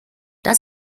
das